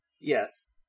Yes